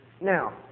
Now